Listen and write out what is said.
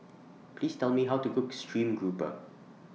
Please Tell Me How to Cook Stream Grouper